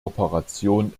operation